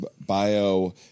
bio